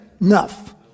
enough